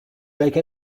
jake